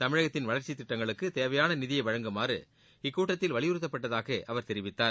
தமிழகத்தின் வளர்க்சித் திட்டங்களுக்கு தேவையான நிதியை வழங்குமாறு இக்கூட்டத்தில் வலியுறுத்தப்பட்டதாக அவர் தெரிவித்தார்